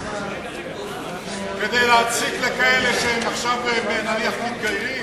כדי להציק לכאלה שעכשיו נניח מתגיירים?